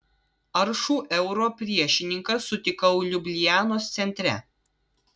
aršų euro priešininką sutikau liublianos centre